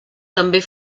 també